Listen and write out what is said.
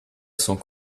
sont